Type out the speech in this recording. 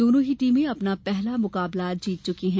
दोनों ही टीमें अपना पहला मुकाबला जीत चुकी हैं